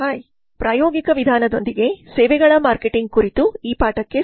hi ಪ್ರಾಯೋಗಿಕ ವಿಧಾನದೊಂದಿಗೆ ಸೇವೆಗಳ ಮಾರ್ಕೆಟಿಂಗ್ ಕುರಿತು ಈ ಪಾಠಕ್ಕೆ ಸ್ವಾಗತ